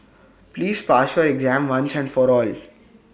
please pass your exam once and for all